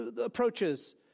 approaches